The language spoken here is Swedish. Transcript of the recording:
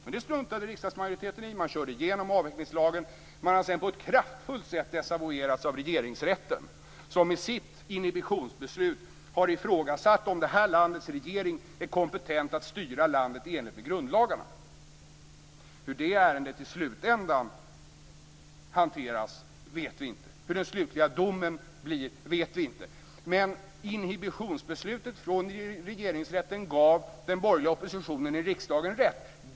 Men det struntade riksdagsmajoriteten i. Man körde igenom avvecklingslagen. Sedan har man på ett kraftfullt sätt desavouerats av Regeringsrätten som i sitt inhibitionsbeslut har ifrågasatt om det här landets regering är kompetent att styra landet i enlighet med grundlagarna. Hur det ärendet hanteras i slutändan vet vi inte. Hur den slutliga domen blir vet vi inte. Men inhibitionsbeslutet från Regeringsrätten gav den borgerliga oppositionen i riksdagen rätt.